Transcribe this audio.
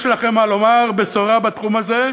יש לכם מה לומר, בשורה בתחום הזה?